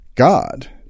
God